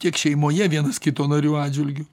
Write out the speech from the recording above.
tiek šeimoje vienas kito narių atžvilgiu